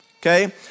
okay